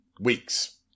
weeks